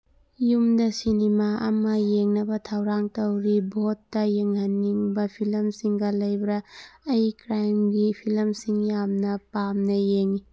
ꯌꯨꯝꯗ ꯁꯤꯅꯤꯃꯥ ꯑꯃ ꯌꯦꯡꯅꯕ ꯊꯧꯔꯥꯡ ꯇꯧꯔꯤ ꯚꯣꯠꯇ ꯌꯦꯡꯍꯟꯅꯤꯡꯕ ꯐꯤꯂꯝꯁꯤꯡꯒ ꯂꯩꯕ꯭ꯔꯥ ꯑꯩ ꯀ꯭ꯔꯥꯏꯝꯒꯤ ꯐꯤꯂꯝꯁꯤꯡ ꯌꯥꯝꯅ ꯄꯥꯝꯅ ꯌꯦꯡꯉꯤ